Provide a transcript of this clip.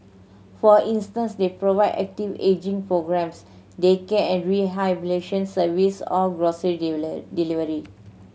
for instance they provide active ageing programmes daycare and rehabilitation service or grocery delivery